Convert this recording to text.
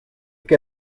que